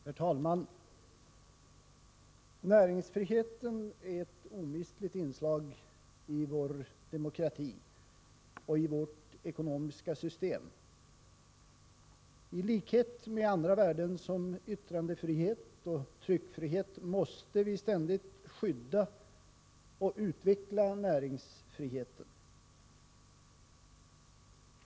Herr talman! Näringsfriheten är ett omistligt inslag i vår demokrati och i vårt ekonomiska system. I likhet med andra värden som yttrandefrihet och tryckfrihet måste vi ständigt skydda och utveckla näringsfriheten.